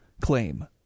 claim